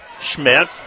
Schmidt